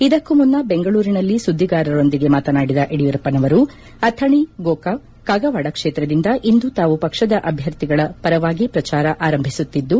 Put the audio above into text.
ಇದಕ್ಕೂ ಮುನ್ನ ಬೆಂಗಳೂರಿನಲ್ಲಿ ಸುದ್ದಿಗಾರರೊಂದಿಗೆ ಮಾತನಾಡಿದ ಯಡಿಯೂರಪ್ಪನವರು ಅಥಣಿ ಗೋಕಾಕ್ ಕಾಗವಾಡ ಕ್ಷೇತ್ರದಿಂದ ಇಂದು ತಾವು ಪಕ್ಷದ ಅಭ್ಯರ್ಥಿಗಳ ಪರವಾಗಿ ಪ್ರಚಾರ ಆರಂಭಿಸುತ್ತಿದ್ದು